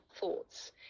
thoughts